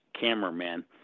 cameraman